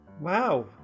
Wow